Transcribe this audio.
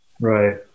right